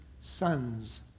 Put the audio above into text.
sons